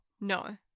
No